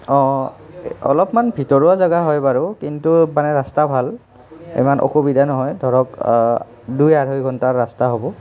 অলপমান ভিতৰুৱা জেগা হয় বাৰু কিন্তু মানে ৰাস্তা ভাল ইমান অসুবিধা নহয় ধৰক দুই আঢ়ৈ ঘণ্টাৰ ৰাস্তা হ'ব